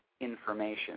information